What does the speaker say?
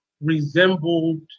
resembled